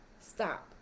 stop